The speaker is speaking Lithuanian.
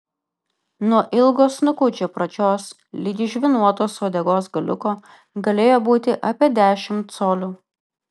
nuo ilgo snukučio pradžios ligi žvynuotos uodegos galiuko galėjo būti apie dešimt colių